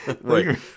Right